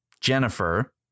Jennifer